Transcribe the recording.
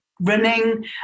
running